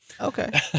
Okay